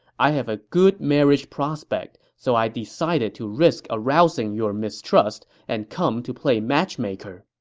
i have a good marriage prospect, so i decided to risk arousing your mistrust and come to play matchmaker.